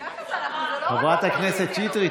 חברת הכנסת שטרית,